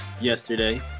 Yesterday